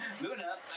Luna